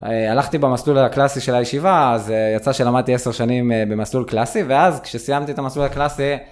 הלכתי במסלול הקלאסי של הישיבה, אז יצא שלמדתי 10 שנים במסלול קלאסי ואז כשסיימתי את המסלול הקלאסי...